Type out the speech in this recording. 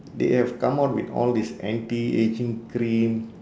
they have come out with all this anti ageing cream